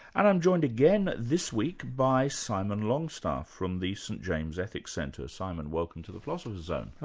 and i'm joined again this week by simon longstaff from the st james ethics centre. simon, welcome to the philosopher's zone.